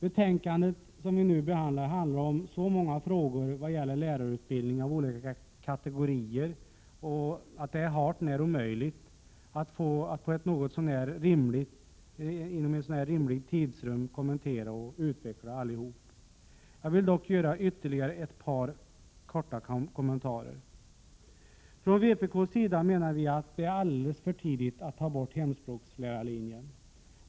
Betänkandet som vi nu behandlar rör så många frågor vad gäller lärarutbildning av olika kategorier att det är hart när omöjligt att inom ett rimligt tidsrum kommentera och utveckla alla. Jag vill dock göra ett par korta kommentarer. Från vpk:s sida menar vi att det är alldeles för tidigt att ta bort hemspråkslärarlinjen.